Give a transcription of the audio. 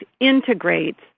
integrates